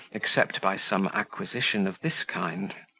except by some acquisition of this kind.